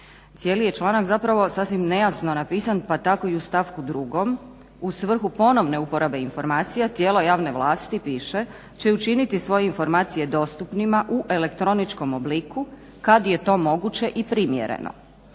Cijeli je članak zapravo sasvim nejasno napisan pa tako i u stavku 2. u svrhu ponovne uporabe informacija tijelo javne vlasti piše, će učiniti svoje informacije dostupnima u elektroničkom obliku kad je to moguće i primjereno.